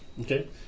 Okay